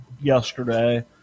yesterday